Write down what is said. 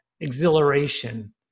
exhilaration